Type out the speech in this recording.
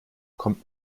kommt